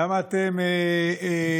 למה אתם חושבים